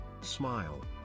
Smile